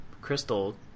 crystal